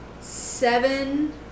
seven